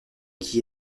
qui